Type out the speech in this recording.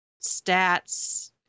stats